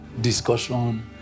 discussion